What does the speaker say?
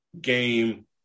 Game